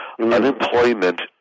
Unemployment